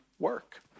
work